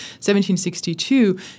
1762